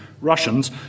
Russians